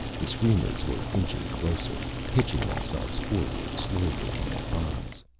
the screamers were inching closer, hitching themselves forward slowly on their bottoms.